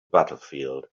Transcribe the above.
battlefield